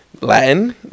Latin